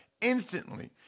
instantly